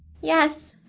yes,